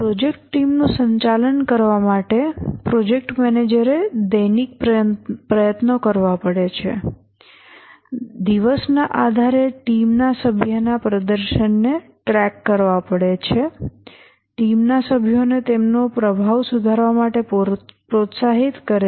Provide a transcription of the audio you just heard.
project ટીમનું સંચાલન કરવા માટે પ્રોજેક્ટ મેનેજરે દૈનિક પ્રયત્નો કરવા પડે છે દિવસના આધારે ટીમના સભ્યના પ્રદર્શનને ટ્રેક કરવા પડે છે ટીમના સભ્યોને તેમનો પ્રભાવ સુધારવા માટે પ્રોત્સાહિત કરે છે